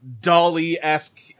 dolly-esque